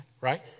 right